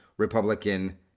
Republican